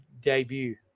debut